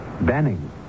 Banning